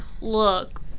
Look